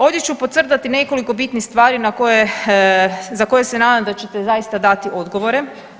Ovdje ću podcrtati nekoliko bitnih stvari na koje, za koje se nadam da ćete zaista dati odgovore.